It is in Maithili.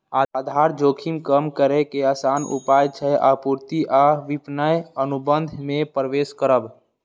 आधार जोखिम कम करै के आसान उपाय छै आपूर्ति आ विपणन अनुबंध मे प्रवेश करब